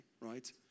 right